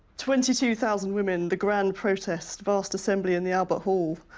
twenty two thousand women, the grand protest, vast assembly in the albert hall,